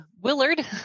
Willard